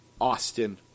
Austin